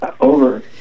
Over